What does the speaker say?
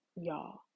y'all